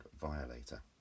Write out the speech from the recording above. Violator